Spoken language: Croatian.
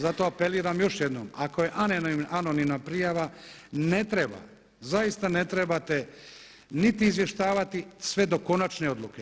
Zato apeliram još jednom, ako je anonimna prijava ne treba, zaista ne trebate niti izvještavati sve do konačne odluke.